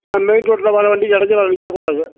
ஏன்னால் மெயின் ரோட்டில் வர்ற வண்டிக்கு இடஞ்சலா நிற்கக் கூடாது